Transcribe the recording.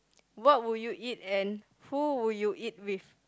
what would you eat and who would you eat with